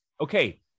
Okay